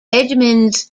edmonds